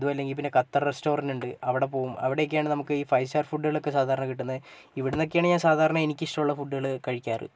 അതും അല്ലെങ്കിൽ പിന്നെ ഖത്തർ റസ്റ്റോറൻ്റ് ഉണ്ട് അവിടെ പോകും അവിടെയൊക്കെയാണ് നമുക്ക് ഈ ഫൈ സ്റ്റാർ ഫുഡുകളൊക്കെ സാധാരണ കിട്ടുന്നത് ഇവിടെന്നൊക്കെയാണെങ്കിൽ ഞാൻ സാധാരണ എനിക്ക് ഇഷ്ടമുള്ള ഫുഡുകൾ കഴിക്കാറ്